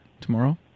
tomorrow